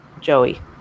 Joey